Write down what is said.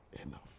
enough